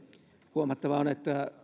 huomattava on että